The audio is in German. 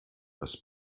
das